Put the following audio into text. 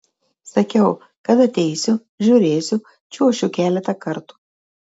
sakiau kad ateisiu žiūrėsiu čiuošiu keletą kartų